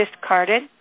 discarded